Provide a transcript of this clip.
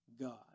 god